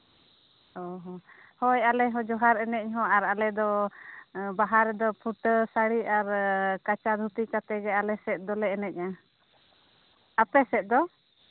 ᱚ ᱦᱚᱸ ᱦᱳᱭ ᱟᱞᱮ ᱦᱚᱸ ᱡᱚᱦᱟᱨ ᱮᱱᱮᱡ ᱦᱚᱸ ᱟᱨ ᱟᱞᱮ ᱫᱚ ᱵᱟᱦᱟ ᱨᱮᱫᱚ ᱯᱷᱩᱴᱟᱹᱣ ᱥᱟᱹᱲᱤ ᱟᱨ ᱠᱟᱪᱟ ᱫᱷᱩᱛᱤ ᱠᱟᱛᱮᱫ ᱜᱮ ᱟᱞᱮ ᱥᱮᱫ ᱫᱚᱞᱮ ᱮᱱᱮᱡᱼᱟ ᱟᱯᱮ ᱥᱮᱫ ᱫᱚ